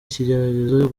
ikigeragezo